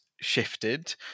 shifted